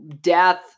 death